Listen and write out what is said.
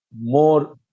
more